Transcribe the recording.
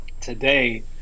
Today